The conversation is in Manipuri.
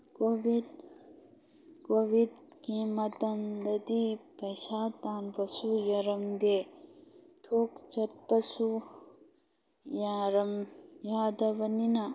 ꯀꯣꯕꯤꯠꯀꯤ ꯃꯇꯝꯗꯗꯤ ꯄꯩꯁꯥ ꯇꯥꯟꯕꯁꯨ ꯌꯥꯔꯝꯗꯦ ꯊꯣꯛ ꯆꯠꯄꯁꯨ ꯌꯥꯗꯕꯅꯤꯅ